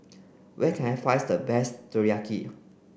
where can I finds the best Teriyaki